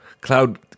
cloud